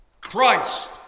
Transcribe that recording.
Christ